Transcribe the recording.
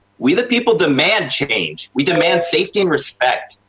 we the people demand change! we demand safety and respect.